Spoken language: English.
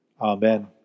Amen